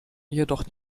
jedoch